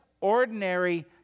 ordinary